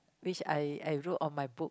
which I I wrote on my book